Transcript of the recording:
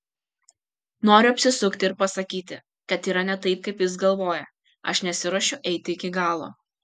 noriu apsisukti ir pasakyti kad yra ne taip kaip jis galvoja aš nesiruošiu eiti iki galo